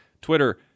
Twitter